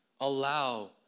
allow